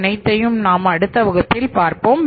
அனைத்தையும் நாம் அடுத்த வகுப்பில் பார்ப்போம்